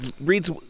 reads